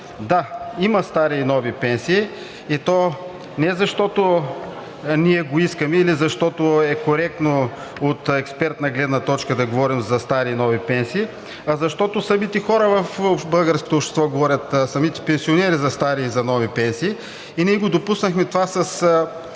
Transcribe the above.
Да, има стари и нови пенсии, и то не защото ние го искаме или защото е коректно от експертна гледна точка да говорим за стари и нови пенсии, а защото самите хора в българското общество, самите пенсионери говорят за стари и за нови пенсии и ние допуснахме това с